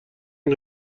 این